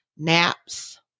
Naps